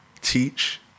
teach